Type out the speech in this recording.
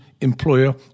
employer